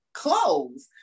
clothes